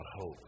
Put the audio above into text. hope